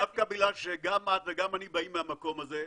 דווקא בגלל שגם את וגם אני באים מהמקום הזה,